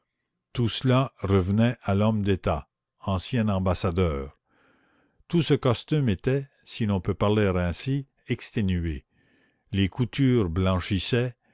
tout cela revenait à l'homme d'état ancien ambassadeur tout ce costume était si l'on peut parler ainsi exténué les coutures blanchissaient